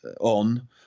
on